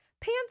pants